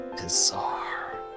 Bizarre